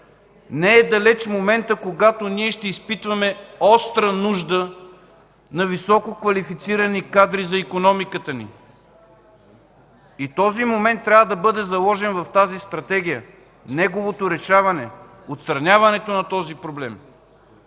Не е далеч моментът, когато ние ще изпитваме остра нужда от висококвалифицирани кадри за икономиката ни. Този момент трябва да бъде заложен в тази Стратегия – неговото решаване, отстраняването на този проблем.